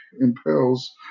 impels